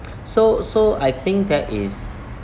so so I think that is